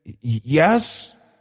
Yes